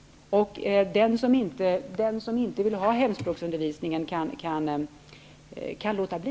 Den som inte vill ha hemspråksundervisning kan låta bli.